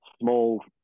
small